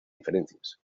diferencias